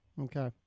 Okay